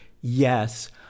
yes